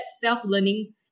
self-learning